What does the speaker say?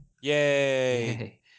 Yay